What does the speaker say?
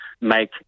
make